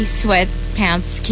sweatpants